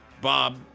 Bob